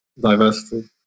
diversity